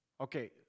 Okay